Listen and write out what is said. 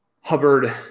Hubbard